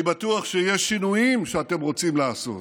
אני בטוח שיש שינויים שאתם רוצים לעשות,